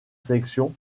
section